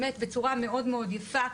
באמת בצורה מאוד יפה,